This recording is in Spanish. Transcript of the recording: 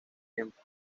tiempo